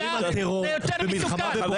מדברים על טרור ומלחמה בבוגדים.